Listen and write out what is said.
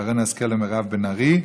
שרן השכל ומירב בן ארי.